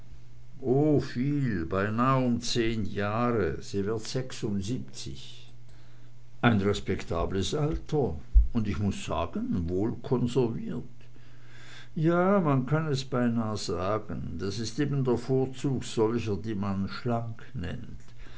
oh viel beinahe um zehn jahre sie wird sechsundsiebzig ein respektables alter und ich muß sagen wohl konserviert ja man kann es beinahe sagen das ist eben der vorzug solcher die man schlank nennt